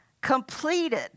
completed